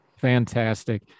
Fantastic